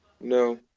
No